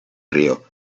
río